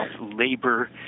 labor